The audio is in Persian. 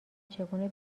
چگونه